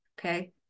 okay